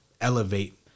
elevate